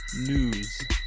news